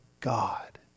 God